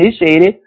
initiated